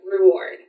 reward